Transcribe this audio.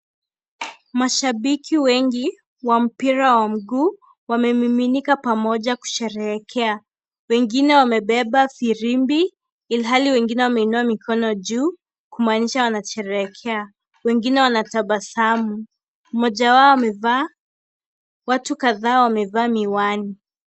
Mashabiki wengi wa mpira wa mguu wamemiminika pamoja kusheherekea. Wengine wamebeba firimbi ilhali wengine wameinua mikono yao juu kumaanisha wanasheherekea , wengine wametabasamu, mmoja wao amevaa ,watu kadhaa wamevaa miwani.